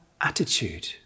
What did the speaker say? attitude